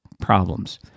problems